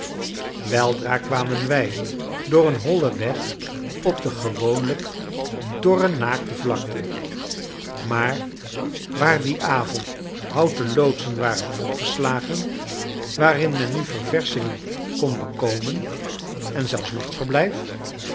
weldra kwamen wij door een hollen weg op de gewoonlijk dorre naakte vlakte maar waar dien avond houten loodsen waren opgeslagen waarin men nu ververschingen kon bekomen en zelfs